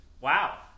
Wow